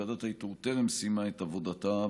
ועדת האיתור טרם סיימה את עבודתה,